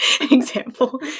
example